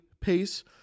pace